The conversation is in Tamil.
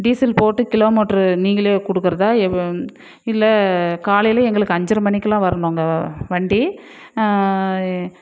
டீசல் போட்டு கிலோ மீட்ரு நீங்களே கொடுக்கறதா இல்லை காலையில் எங்களுக்கு அஞ்சரை மணிக்கெலாம் வரணுங்க வண்டி